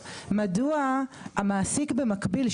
מדוע המעסיק במקביל,